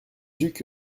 duc